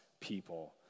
people